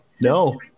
No